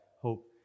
hope